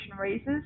raises